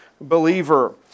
believer